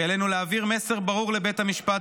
כי עלינו להעביר מסר ברור לבית המשפט